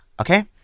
Okay